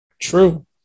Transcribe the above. True